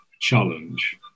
challenge